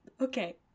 Okay